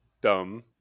dumb